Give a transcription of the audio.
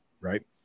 right